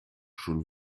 schon